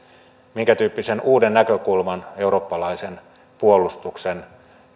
minkätyyppisen uuden näkökulman eurooppalaisen puolustuksen